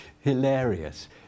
hilarious